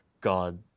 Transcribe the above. God